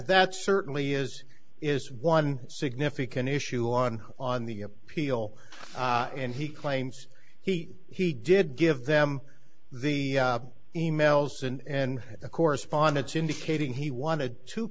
that certainly is is one significant issue on on the appeal and he claims he he did give them the e mails and the correspondence indicating he wanted to